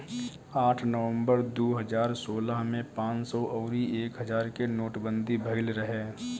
आठ नवंबर दू हजार सोलह में पांच सौ अउरी एक हजार के नोटबंदी भईल रहे